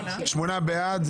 מי נמנע?